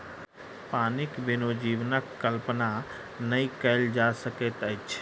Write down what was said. पानिक बिनु जीवनक परिकल्पना नहि कयल जा सकैत अछि